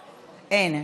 אין.